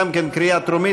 גם כן בקריאה טרומית.